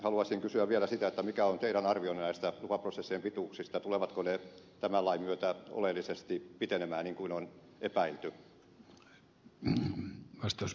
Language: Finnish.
haluaisin kysyä vielä sitä mikä on tiedän arvionne näistä lupaprosessien pituuksista tulevatko ne tämän lain myötä oleellisesti pitenemään niin kuin on epäilty